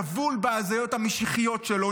טבול בהזיות המשיחיות שלו,